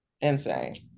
Insane